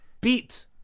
beat